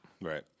Right